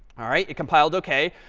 all right. it compiled ok.